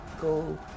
go